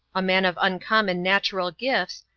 a man of uncommon natural gifts,